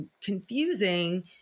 confusing